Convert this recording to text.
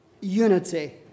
unity